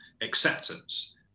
acceptance